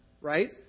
right